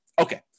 Okay